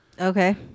Okay